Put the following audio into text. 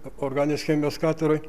organinės chemijos katedroj